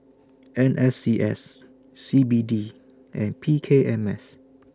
N S C S C B D and P K M S